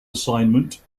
assignment